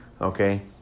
okay